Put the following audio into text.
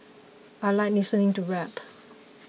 I like listening to rap